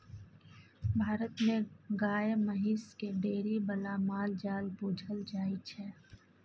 भारत मे गाए महिष केँ डेयरी बला माल जाल बुझल जाइ छै